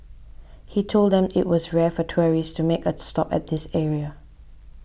he told them it was rare for tourists to make a stop at this area